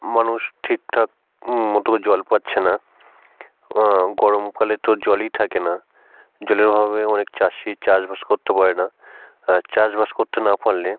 মানুষ ঠিকঠাক মতো জল পাচ্ছে না গরমকালে তো জলই থাকে না জলের অভাবে অনেক চাষি চাষবাস করতে পারে না আর চাষবাস করতে না পারলে